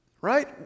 Right